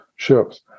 ships